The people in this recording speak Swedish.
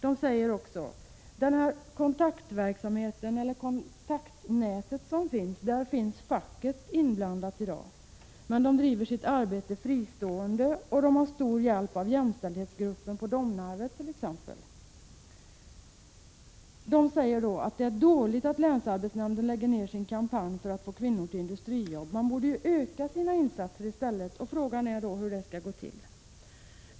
De säger också att facket i dag är inblandat i det kontaktnät som finns. Men de driver sitt arbete fristående, och de har t.ex. stor hjälp av jämställdhetsgruppen på Domnar vet. Dessa Blåställskvinnor säger att det är dåligt att länsarbetsnämnden lägger ned sin kampanj för att få kvinnor till industrijobb. Man borde i stället öka insatserna. Frågan är hur det skall gå till.